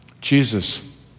Jesus